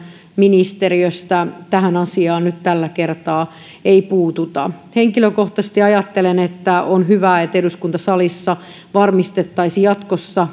ministeriöstä tähän asiaan nyt tällä kertaa ei puututa henkilökohtaisesti ajattelen että olisi hyvä että eduskuntasalissa varmistettaisiin